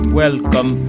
welcome